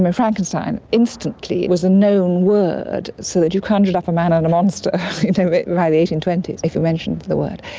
frankenstein instantly was a known word, so that you conjured up a man and a monster by the eighteen twenty s if you mentioned the word.